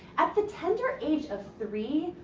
at the tender age of three,